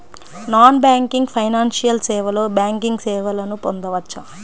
Non banking financial సేవలో banking సేవలను పొందవచ్చా?